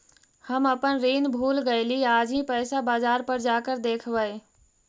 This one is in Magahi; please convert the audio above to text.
हम अपन ऋण भूल गईली आज ही पैसा बाजार पर जाकर देखवई